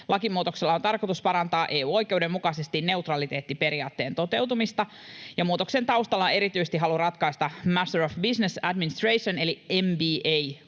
Lakimuutoksella on tarkoitus parantaa EU-oikeuden mukaisesti neutraliteettiperiaatteen toteutumista, ja muutoksen taustalla on erityisesti halu ratkaista Master of Business Administration- eli